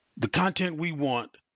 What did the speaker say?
the content we want,